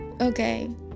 Okay